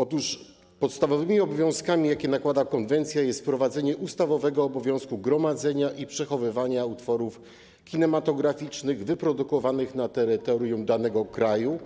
Otóż podstawowymi obowiązkami, jakie nakłada konwencja, są wprowadzenie ustawowego obowiązku gromadzenia i przechowywania utworów kinematograficznych wyprodukowanych na terytorium danego kraju